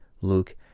Luke